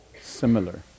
similar